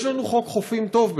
יש לנו חוק חופים טוב,